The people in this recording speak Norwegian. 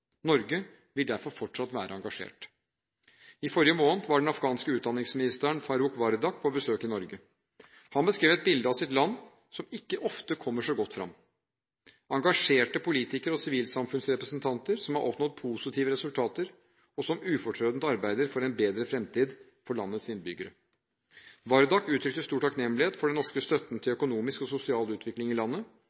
Norge vil derfor fortsatt være engasjert. I forrige måned var den afghanske utdanningsministeren Farooq Wardak på besøk i Norge. Han beskrev et bilde av sitt land som ikke ofte kommer så godt fram: engasjerte politikere og sivilsamfunnsrepresentanter som har oppnådd positive resultater, og som ufortrødent arbeider for en bedre fremtid for landets innbyggere. Wardak uttrykte stor takknemlighet for den norske støtten til økonomisk og sosial utvikling i landet.